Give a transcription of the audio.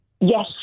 Yes